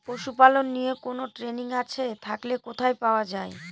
পশুপালন নিয়ে কোন ট্রেনিং আছে থাকলে কোথায় পাওয়া য়ায়?